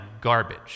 garbage